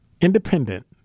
independent